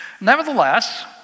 Nevertheless